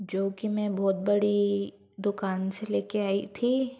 जो कि मैं बहुत बड़ी दुकान से लेकर आई थी